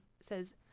says